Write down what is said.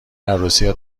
عروسی